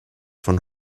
von